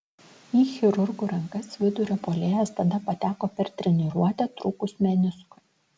į chirurgų rankas vidurio puolėjas tada pateko per treniruotę trūkus meniskui